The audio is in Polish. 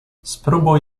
spróbuj